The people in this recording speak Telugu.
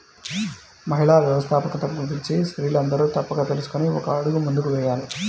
మహిళా వ్యవస్థాపకత గురించి స్త్రీలందరూ తప్పక తెలుసుకొని ఒక అడుగు ముందుకు వేయాలి